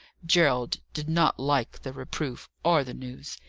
gerald did not like the reproof, or the news.